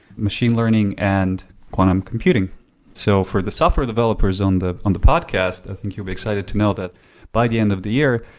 machine learning and quantum computing so for the software developers on the on the podcast, i think you'll be excited to know that by the end of the year,